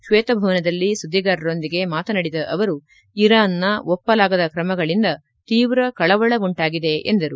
ಶ್ವೇತ ಭವನದಲ್ಲಿ ಸುದ್ದಿಗಾರರೊಂದಿಗೆ ಮಾತನಾಡಿದ ಅವರು ಇರಾನ್ನ ಒಪ್ಪಲಾಗದ ಕ್ರಮಗಳಿಂದ ತೀವ್ರ ಕಳವಳ ಉಂಟಾಗಿದೆ ಎಂದರು